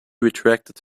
retracted